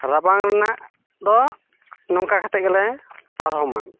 ᱨᱟᱵᱟᱝ ᱨᱮᱱᱟᱜ ᱫᱚ ᱱᱚᱝᱠᱟ ᱠᱟᱛᱮᱜ ᱜᱮᱞᱮ ᱯᱟᱨᱚᱢᱟ